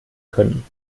können